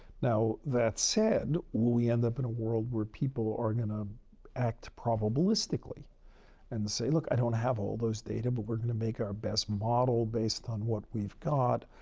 now, that said, will we end up in a world where people are going to act probabilistically and say, look, i don't have all those data, but we're going to make our best model based on what we've got?